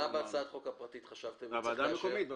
מה חשבתם שצריך לאשר בהצעת החוק הפרטית?